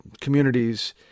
communities